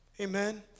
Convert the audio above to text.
Amen